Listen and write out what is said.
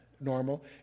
normal